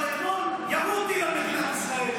אבל אתמול ירו טיל על מדינת ישראל.